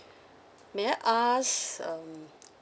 may I ask um